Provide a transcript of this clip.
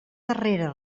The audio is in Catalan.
darrera